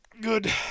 good